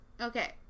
Okay